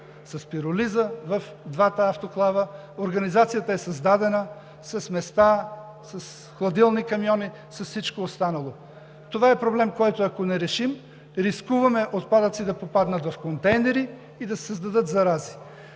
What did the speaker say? с пиролиза в двата автоклава. Организацията е създадена по места, с хладилни камиони, с всичко останало. Това е проблем, с който, ако не го решим, рискуваме отпадъци да попаднат в контейнери и да създадат зарази.